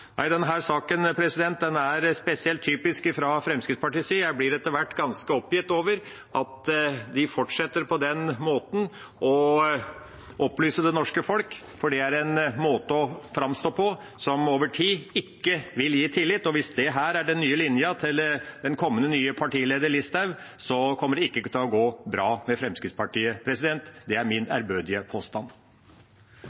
Nei, denne saken er spesielt typisk fra Fremskrittspartiets side. Jeg blir etter hvert ganske oppgitt over at de fortsetter den måten å opplyse det norske folk på, for det er en måte å framstå på som over tid ikke vil gi tillit. Og hvis dette er den nye linja til den kommende nye partileder Listhaug, kommer det ikke til å gå bra med Fremskrittspartiet. Det er min